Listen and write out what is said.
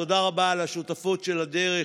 תודה רבה על השותפות לדרך.